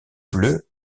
bleus